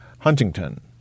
Huntington